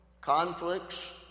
conflicts